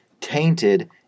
tainted